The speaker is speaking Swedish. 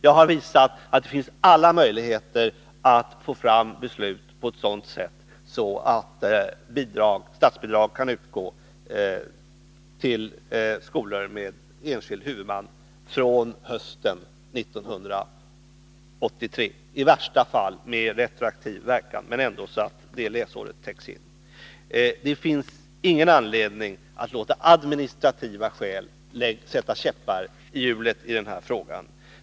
Jag har visat att det finns alla möjligheter att få fram beslut på sådant sätt att statsbidrag kan utgå till skolor med enskild huvudman från hösten 1983, i värsta fall med retroaktiv verkan, men ändå så att läsåret täcks in. Det finns ingen anledning att låta administrativa skäl sätta käppar i hjulet i den här frågan.